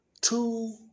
Two